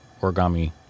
origami